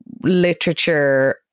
literature